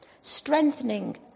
strengthening